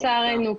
לצערנו.